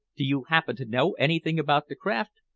do you happen to know anything about the craft?